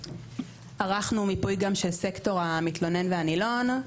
ערכנו גם מיפוי של סקטור המתלונן והנילון,